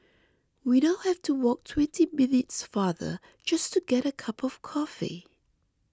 we now have to walk twenty minutes farther just to get a cup of coffee